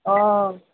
অ